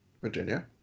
Virginia